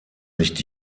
nicht